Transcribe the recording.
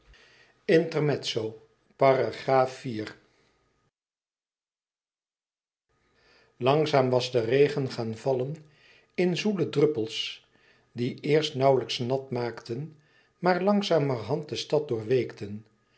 langzaam was de regen gaan vallen in zoele druppels die eerst nauwlijks nat maakten maar langzamerhand de stad